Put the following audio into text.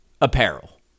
apparel